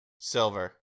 silver